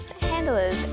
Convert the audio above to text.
handlers